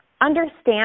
understand